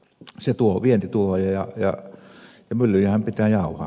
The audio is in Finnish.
se tuo vientituloja ja myllyjenhän pitää jauhaa